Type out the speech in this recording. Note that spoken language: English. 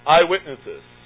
Eyewitnesses